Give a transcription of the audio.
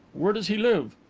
where does he live?